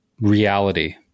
reality